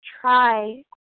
try